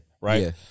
right